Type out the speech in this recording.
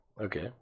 Okay